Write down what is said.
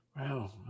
Wow